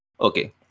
okay